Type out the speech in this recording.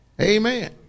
Amen